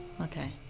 Okay